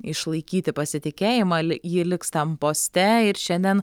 išlaikyti pasitikėjimą li ji liks tam poste ir šiandien